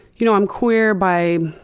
you know i'm queer by,